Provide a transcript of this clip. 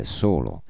solo